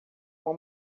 uma